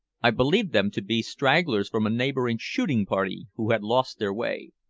i believed them to be stragglers from a neighboring shooting-party who had lost their way.